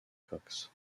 cox